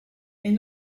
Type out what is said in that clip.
est